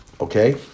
Okay